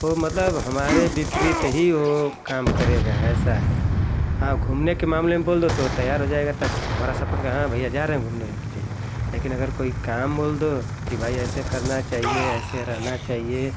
वो मतलब हमारे विपरीत ही वो काम करेगा ऐसा है हाँ घूमने के मामले में बोल दो तुरंत तैयार हो जाएगा तब तो हमारा सपोर्ट करेगा हाँ भैया जा रहे हैं हम घूमने के लिए लेकिन अगर कोई काम बोल दो कि भाई ऐसे करना चाहिए ऐसे रहना चाहिए